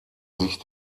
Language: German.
sich